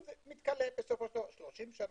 35 שנה,